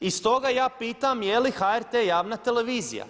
I stoga ja pitam jeli HRT javna televizija?